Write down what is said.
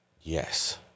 Yes